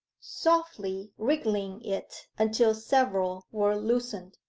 softly wriggling it until several were loosened.